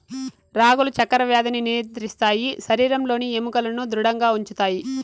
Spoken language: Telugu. రాగులు చక్కర వ్యాధిని నియంత్రిస్తాయి శరీరంలోని ఎముకలను ధృడంగా ఉంచుతాయి